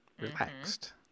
relaxed